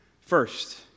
First